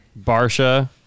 barsha